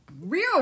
real